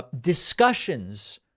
Discussions